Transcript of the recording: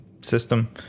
system